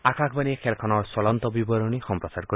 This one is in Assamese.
আকাশবণীয়ে খেলখনৰ চলন্ত বিৱৰণী সম্প্ৰচাৰ কৰিব